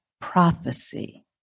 prophecy